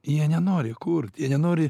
jie nenori kurt jie nenori